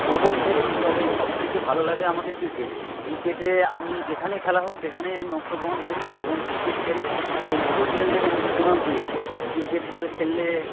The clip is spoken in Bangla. ফুটবল খেলেছি তবে সবথেকে ভালো লাগে আমার ক্রিকেট ক্রিকেটে আমি যেখানেই খেলা হোক সেখানেই আমি অংশগ্রহণ করি এবং ক্রিকেট খেলি এবং বহু সেখান থেকে সুনাম পেয়েছি ক্রিকেট খেলে খেললে